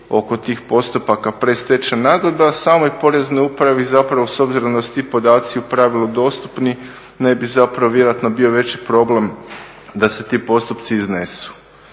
oko tih postupaka predstečajne nagodbe, a samoj Poreznoj upravi zapravo s obzirom da su ti podaci u pravilu dostupni ne bi zapravo vjerojatno bio veći problem da se ti postupci iznesu.